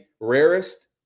rarest